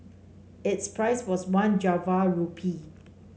its price was one Java rupee